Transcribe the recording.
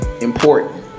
important